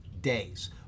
days